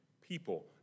people